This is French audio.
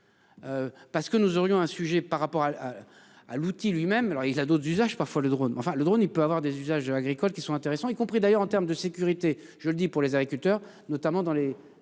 Parce que nous aurions un sujet par rapport à. À l'outil lui-même. Alors il a d'autres usage parfois le droit enfin le drone il peut avoir des usages agricoles qui sont intéressants, y compris d'ailleurs en terme de sécurité, je le dis pour les agriculteurs notamment dans les